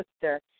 sister